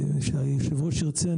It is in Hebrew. כשהיושב-ראש ירצה,